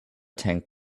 tank